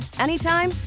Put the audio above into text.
anytime